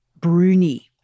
Bruni